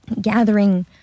gathering